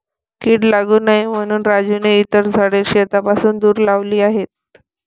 कीड लागू नये म्हणून राजूने इतर झाडे शेतापासून दूर लावली आहेत